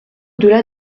delà